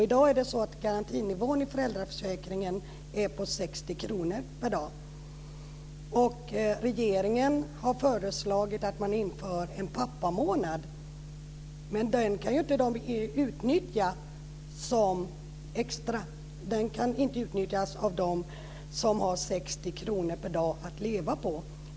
I dag är garantinivån i föräldraförsäkringen på 60 kr per dag. Regeringen har föreslagit att man inför en extra pappamånad. Men den kan ju inte utnyttjas av dem som har 60 kr per dag att leva på.